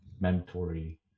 mandatory